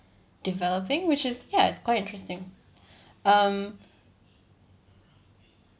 developing which is ya it's quite interesting um